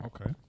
Okay